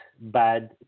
bad